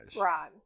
Right